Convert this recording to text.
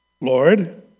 Lord